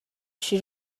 she